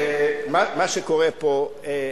מה שקורה פה,